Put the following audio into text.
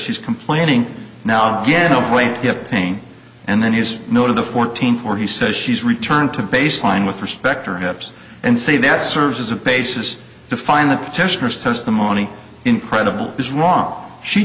she's complaining now again no way to get pain and then he's no to the fourteenth or he says she's returned to baseline with respect or hips and say that serves as a basis to find the petitioner's testimony incredible is wrong she